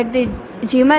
iistagmail